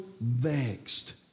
vexed